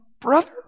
brother